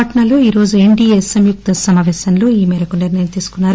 పాట్నాలో ఈరోజు N D A సంయుక్త సమాపేశంలో ఈమేరకు నిర్ణయం తీసుకున్నారు